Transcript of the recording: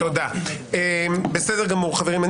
חברים,